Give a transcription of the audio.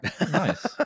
Nice